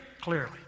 clearly